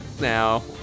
now